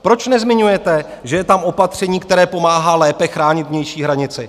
Proč nezmiňujete, že je tam opatření, které pomáhá lépe chránit vnější hranici?